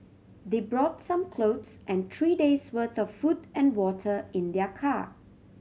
they brought some clothes and three day's worth of food and water in their car